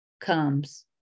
comes